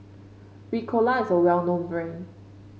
Ricola is a well known brand